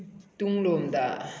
ꯇꯨꯡꯂꯣꯝꯗ